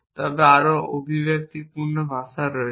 তবে আরও অভিব্যক্তিপূর্ণ ভাষা রয়েছে